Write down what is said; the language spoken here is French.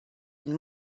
une